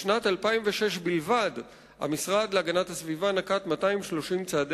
בשנת 2006 בלבד המשרד להגנת הסביבה נקט 230 צעדי